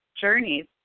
journeys